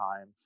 time